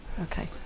Okay